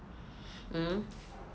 mm